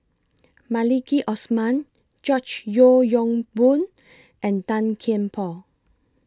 Maliki Osman George Yeo Yong Boon and Tan Kian Por